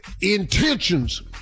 intentions